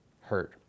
hurt